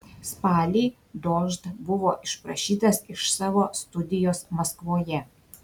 spalį dožd buvo išprašytas iš savo studijos maskvoje